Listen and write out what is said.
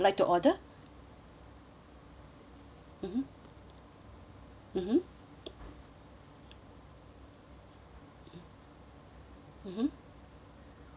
mmhmm mmhmm mmhmm